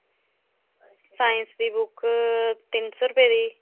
science दी book ऐ तिन सो रपये दी